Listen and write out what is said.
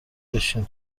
بشین